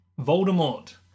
Voldemort